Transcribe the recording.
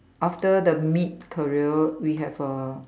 after the meat career we have uh